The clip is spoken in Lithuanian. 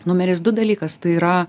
numeris du dalykas tai yra